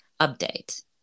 Update